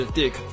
Dick 。